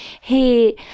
hey